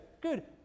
good